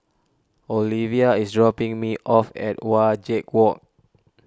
Alvia is dropping me off at Wajek Walk